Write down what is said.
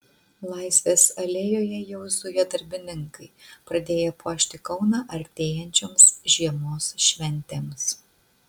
laisvės alėjoje jau zuja darbininkai pradėję puošti kauną artėjančioms žiemos šventėms